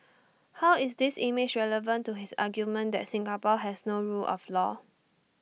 how is this image relevant to his argument that Singapore has no rule of law